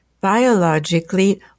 biologically